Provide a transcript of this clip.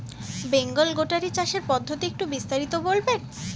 Bengal goatery চাষের পদ্ধতি একটু বিস্তারিত বলবেন?